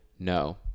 No